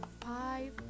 five